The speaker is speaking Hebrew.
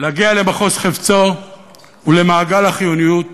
להגיע למחוז חפצו ולמעגל החיוניות